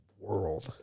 world